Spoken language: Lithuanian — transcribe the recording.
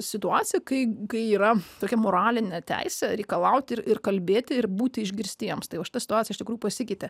situacija kai kai yra tokia moralinė teisė reikalauti ir ir kalbėti ir būti išgirstiems tai va šita situacija iš tikrųjų pasikeitė